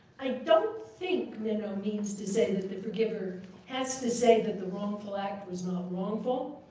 i don't think minow means to say that the forgiver has to say that the wrongful act was not wrongful,